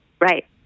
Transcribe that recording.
Right